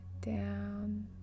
down